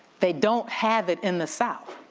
they don't have it in the south,